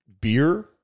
beer